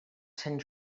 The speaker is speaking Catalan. sant